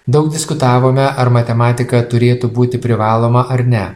daug diskutavome ar matematika turėtų būti privaloma ar ne